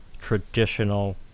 traditional